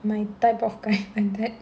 my type of guy